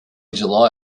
july